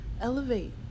elevate